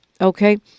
okay